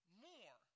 more